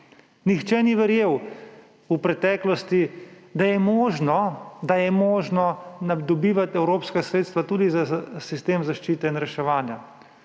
Nihče ni verjel v preteklosti, da je možno, da je možno dobivati evropska sredstva tudi za sistem zaščite in reševanja.